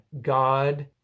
God